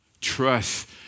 Trust